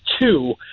two